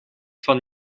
van